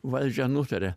valdžia nutarė